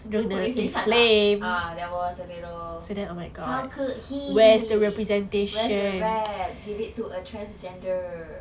itu baru recent ingat tak ah there was a role how could he where's the rep give it to a transgender